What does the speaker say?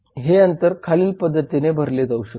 हे अंतर खालील पद्धतीने भरले जाऊ शकते